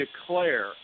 declare